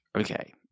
okay